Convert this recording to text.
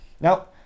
Now